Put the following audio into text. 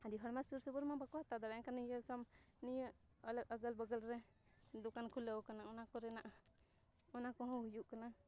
ᱟᱹᱰᱤ ᱦᱚᱲ ᱢᱟ ᱥᱩᱨ ᱥᱩᱯᱩᱨ ᱢᱟ ᱵᱟᱠᱚ ᱦᱟᱛᱟᱣ ᱫᱟᱲᱮᱭᱟᱜ ᱠᱟᱱᱟ ᱱᱤᱭᱟᱹ ᱥᱟᱶ ᱱᱤᱭᱟᱹ ᱟᱹᱜᱟᱹᱞ ᱵᱟᱜᱟᱞ ᱨᱮ ᱫᱚᱠᱟᱱ ᱠᱷᱩᱞᱟᱹᱣ ᱠᱟᱱᱟ ᱚᱱᱟ ᱠᱚᱨᱮᱱᱟᱜ ᱚᱱᱟ ᱠᱚᱦᱚᱸ ᱦᱩᱭᱩᱜ ᱠᱟᱱᱟ